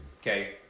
Okay